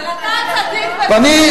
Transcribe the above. אבל אתה צדיק בממשלת סדום הזאת.